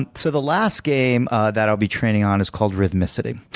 and so the last game that i'll be training on is called rhythmicity.